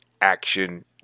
action